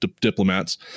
diplomats